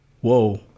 Whoa